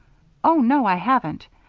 oh, no, i haven't.